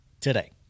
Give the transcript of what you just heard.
today